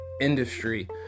industry